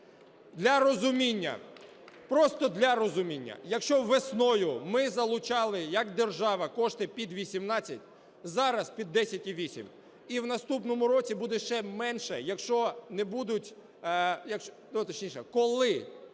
Для розуміння, просто для розуміння: якщо весною ми залучали як держава кошти під 18, зараз – під 10,8. І в наступному році буде ще менше, якщо